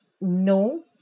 no